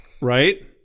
Right